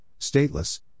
Stateless